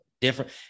different